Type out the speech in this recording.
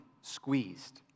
squeezed